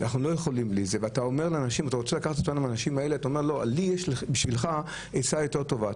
אתה אומר לאנשים האלה לי יש בשבילך עצה יותר טובה.